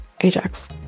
Ajax